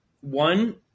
one